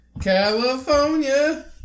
California